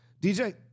DJ